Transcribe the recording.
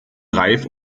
reif